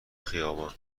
خیابان